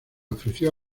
ofreció